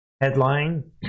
headline